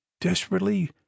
desperately